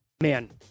Man